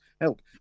Help